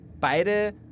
beide